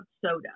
soda